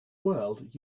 world